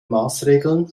maßregeln